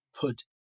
put